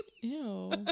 Ew